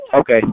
Okay